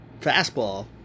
fastball